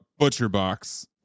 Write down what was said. ButcherBox